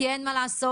כי אין מה לעשות,